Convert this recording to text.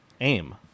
aim